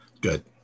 Good